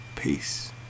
Peace